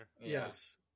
yes